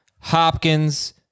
Hopkins